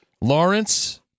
Lawrence